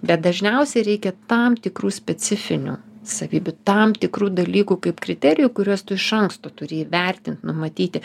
bet dažniausiai reikia tam tikrų specifinių savybių tam tikrų dalykų kaip kriterijų kuriuos tu iš anksto turi įvertint numatyti